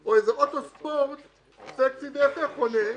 או אוטו ספורט חונה בחניית נכים,